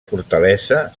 fortalesa